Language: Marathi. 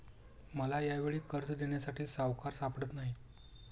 मला यावेळी कर्ज देण्यासाठी सावकार सापडत नाही